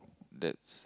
that's